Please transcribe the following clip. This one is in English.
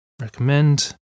recommend